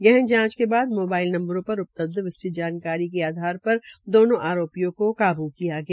गहन जांच के बाद मोबाइल नंबरों पर उपलब्ध विस्तृत जानकारी के आधार पर दोनों आरोपियों को काब् किया गया